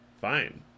fine